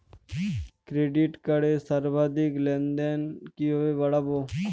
Credit কার্ডের সর্বাধিক লেনদেন কিভাবে বাড়াবো?